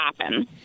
happen